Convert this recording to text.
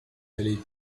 aller